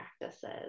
practices